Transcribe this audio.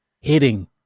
Hitting